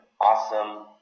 awesome